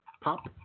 Pop